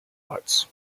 votes